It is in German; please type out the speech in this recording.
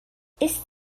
ist